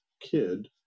kid